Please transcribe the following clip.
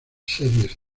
series